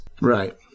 Right